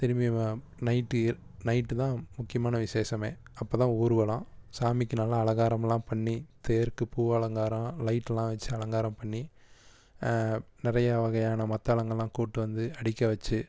திரும்பியும் அங்கே நைட்டு ஏ நைட்டு தான் முக்கியமான விசேஷமே அப்போ தான் ஊர்வலம் சாமிக்கு நல்ல அலங்காரம்லாம் பண்ணி தேர்க்கு பூ அலங்காரம் லைட்லாம் வச்சு அலங்காரம் பண்ணி நிறைய வகையான மத்தளங்கள்லாம் கூப்பிட்டு வந்து அடிக்க வச்சு